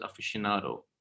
aficionado